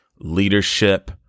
leadership